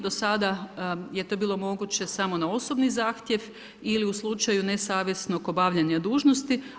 Do sada je to bilo moguće samo na osobni zahtjev ili u slučaju nesavjesnog obavljanja dužnosti.